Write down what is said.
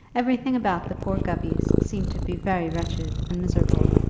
everything about the poor gubbys seemed to be very wretched and miserable.